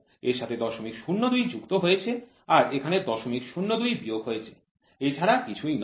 এর সাথে ০০২ যুক্ত হয়েছে আর এখানে ০০২ বিয়োগ হয়েছে এছাড়া কিছুই নয়